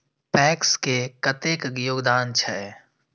PACS के कतेक योगदान छै?